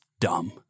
dumb